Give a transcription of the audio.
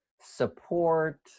support